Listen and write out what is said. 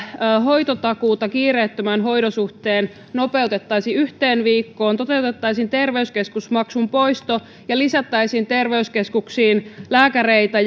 hoitotakuuta kiireettömän hoidon suhteen nopeutettaisiin yhteen viikkoon toteutettaisiin terveyskeskusmaksun poisto ja lisättäisiin terveyskeskuksiin lääkäreitä